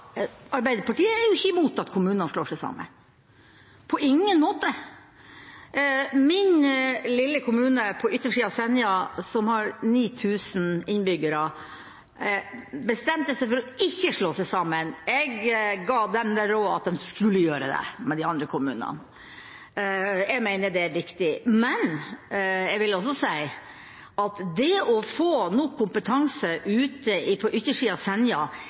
Arbeiderpartiet er ikke imot at kommuner slår seg sammen – på ingen måte! Min lille kommune, på yttersida av Senja, som har 900 innbyggere, bestemte seg for ikke å slå seg sammen. Jeg ga dem råd om å slå seg sammen med de andre kommunene. Jeg mente det var riktig. Men jeg vil også si at det å få nok kompetanse på yttersida av Senja